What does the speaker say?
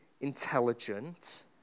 intelligent